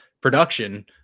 production